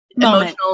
emotional